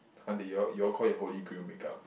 !huh! then you all you all call it holy grail make-up